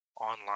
online